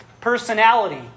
personality